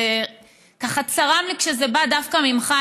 וככה צרם לי כשזה בא דווקא ממך,